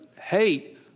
hate